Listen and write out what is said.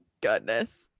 goodness